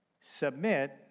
submit